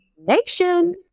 nation